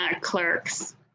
clerks